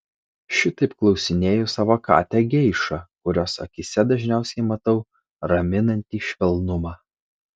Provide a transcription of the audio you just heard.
šitaip klausinėju savo katę geišą kurios akyse dažniausiai matau raminantį švelnumą